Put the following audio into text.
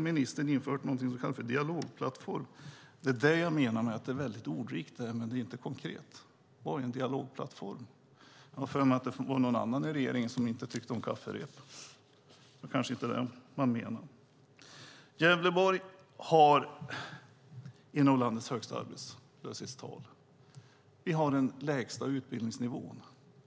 Ministern har infört något som hon kallar för dialogplattform. Det är detta jag menar med att det är mycket ordrikt men inte konkret. Vad är en dialogplattform? Jag har för mig att det var någon annan i regeringen som inte tyckte om kafferep. Det kanske inte är det som man menar. Gävleborg har bland de högsta arbetslöshetstalen i landet. Vi har den lägsta utbildningsnivån.